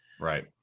right